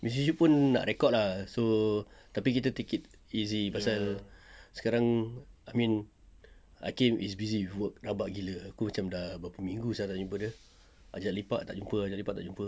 missy shoot pun nak record lah so tapi kita take it easy pasal sekarang I mean hakim is busy with work rabak gila aku macam dah beberapa minggu sia tak jumpa dia ajak lepak tak jumpa ajak lepak tak jumpa